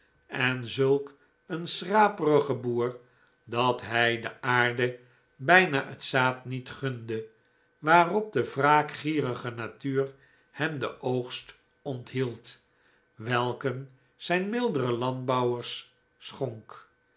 en zulk een schraperige boer dat hij de aarde bijna het zaad niet gunde waarop de wraakgierige natuur hem den oogst onthield welken zij mildere landbouwers schonk